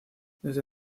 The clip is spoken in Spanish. desde